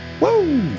Woo